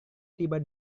tiba